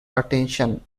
attention